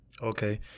Okay